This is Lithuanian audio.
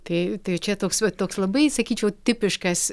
kai tai čia toks va toks labai sakyčiau tipiškas